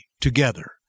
together